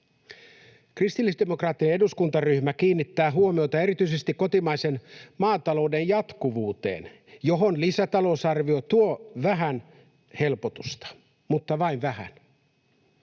Kristillisdemokraattinen eduskuntaryhmä kiinnittää huomiota erityisesti kotimaisen maatalouden jatkuvuuteen, johon lisätalousarvio tuo vähän helpotusta — mutta vain vähän.